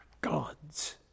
God's